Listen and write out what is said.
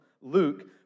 Luke